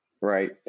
right